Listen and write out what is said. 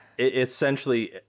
Essentially